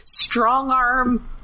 Strongarm